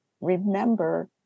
remember